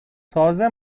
تازه